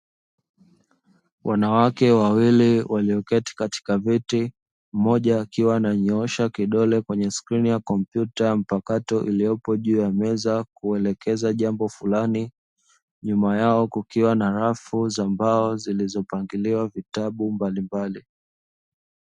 Wanawake wawili walioketi katika kiti mmoja akiwa amenyoosha kidole kwenye skrini ya kompyuta mpakato, iliyoko juu ya meza kuelekeza jambo fulani nyuma yao kukiwa na rafu furani za mbao zilizo pangiliwa vitabu mbalimbali.